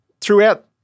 throughout